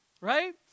Right